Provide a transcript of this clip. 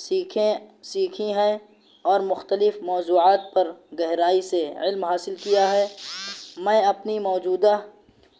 سیکھیں سیکھی ہیں اور مختلف موضوعات پر گہرائی سے علم حاصل کیا ہے میں اپنی موجودہ